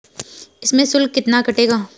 इसमें शुल्क कितना कटेगा?